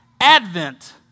Advent